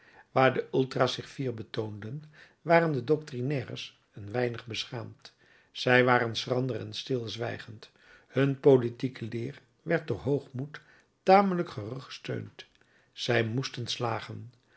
waar de ultra's zich fier betoonden waren de doctrinaires een weinig beschaamd zij waren schrander en stilzwijgend hun politieke leer werd door hoogmoed tamelijk gerugsteund zij moesten slagen